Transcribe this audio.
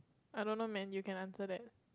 I don't know man you can answer that